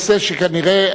נתקבלה.